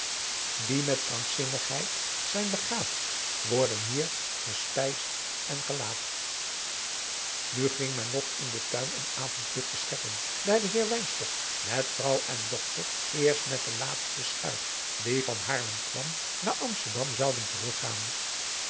die met krankzinnigheid zijn begaafd worden hier gespijsd en gelaafd adriaan loosjes pzn het leven van johannes wouter blommesteyn nu ging men nog in den tuin een avondluchtje scheppen daar de heer wynstok met vrouw en dochter eerst met de laatste schuit die van haarlem kwam naar amsterdam zouden teruggaan